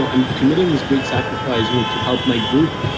i'm committing this great sacrifice you know to help my group,